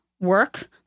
work